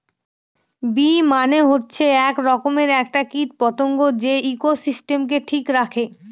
bee মানে হচ্ছে এক রকমের একটা কীট পতঙ্গ যে ইকোসিস্টেমকে ঠিক রাখে